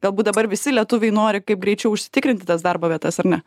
galbūt dabar visi lietuviai nori kaip greičiau užsitikrinti tas darbo vietas ar ne